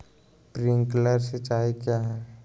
Sprinkler सिंचाई क्या है?